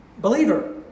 Believer